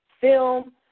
film